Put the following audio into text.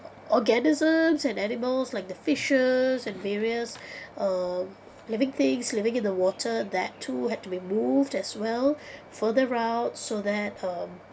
organisms and animals like the fishes and various uh living things living in the water that too had to be moved as well for the route so that um